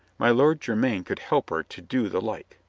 my lord jermyn could help her to do the like.